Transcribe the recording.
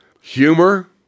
Humor